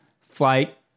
flight